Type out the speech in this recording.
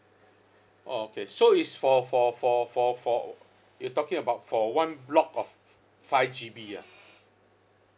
orh okay so it's for for for for for you talking about for one block of f~ five G_B ah